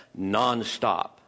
nonstop